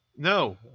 No